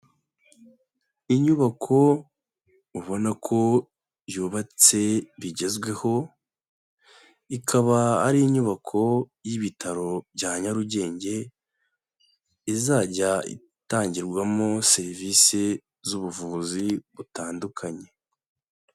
Inyubako ubonako yubatse bigezweho. Ikaba ari inyubako y'ibitaro bya Nyarugenge izajya itangirwamo serivisi z'ubuvuzi butandukanye.